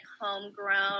homegrown